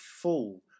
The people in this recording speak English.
full